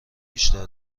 بیشتر